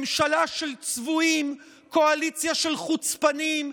ממשלה של צבועים, קואליציה של חוצפנים.